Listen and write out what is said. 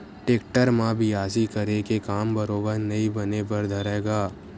tractor म बियासी करे के काम बरोबर नइ बने बर धरय गा